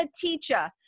teacher